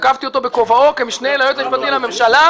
תקפתי אותו בכובעו כמשנה ליועץ המשנה לממשלה,